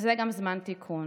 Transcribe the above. וזה גם זמן תיקון.